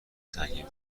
سنگین